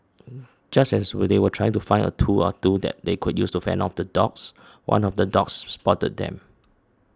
just as they were trying to find a tool or two that they could use to fend off the dogs one of the dogs spotted them